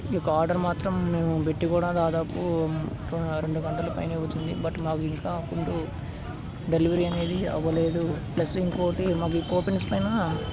ఈయొక్క ఆర్డర్ మాత్రం మేము పెట్టి కూడా దాదాపు రెండు గంటల పైన అవుతుంది బట్ మాకు ఇంకా ఫుడ్డూ డెలివరీ అనేది అవ్వలేదు ప్లస్ ఇంకోటి మాకు కూపన్స్ పైన